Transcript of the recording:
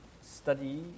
study